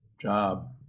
job